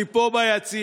אני פה ביציע.